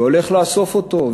והולך לאסוף אותו.